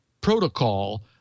protocol